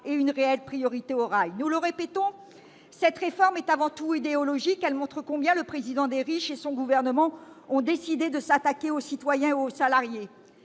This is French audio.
et une réelle priorité au rail. Nous le répétons, cette réforme est avant tout idéologique. Elle montre combien le président des riches et son gouvernement ont décidé de s'attaquer aux citoyens et aux salariés.